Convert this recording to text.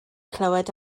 clywed